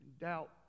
Doubt